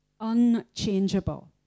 unchangeable